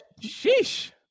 sheesh